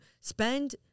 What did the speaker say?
spend